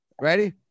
ready